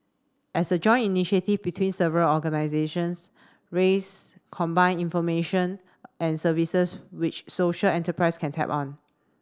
as a joint initiative between several organisations raise combine information and services which social enterprises can tap on